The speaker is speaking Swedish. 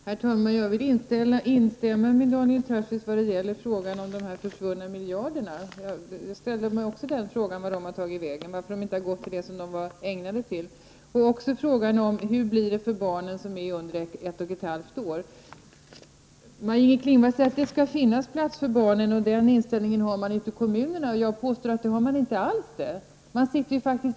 Herr talman! Jag vill instämma med Daniel Tarschys när det gäller de försvunna miljarderna. Jag ställde mig också frågan vart de har tagit vägen -- varför de inte har gått till det som de var ämnade för. Jag instämmer också i frågan hur det blir för barnen som är under ett och ett halvt år. Maj-Inger Klingvall säger att det skall finnas plats för dem och att man har den inställningen ute i kommunerna. Det har man inte alls, påstår jag.